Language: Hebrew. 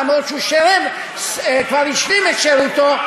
למרות שהוא כבר השלים את שירותו,